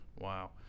Wow